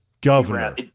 governor